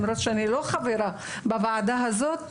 למרות שאני לא חברה בוועדה הזאת.